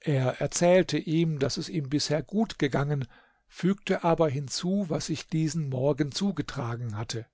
er erzählte ihm daß es ihm bisher gut gegangen fügte aber hinzu was sich diesen morgen zugetragen hatte